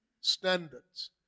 standards